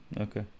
Okay